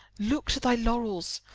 look to thy laurels!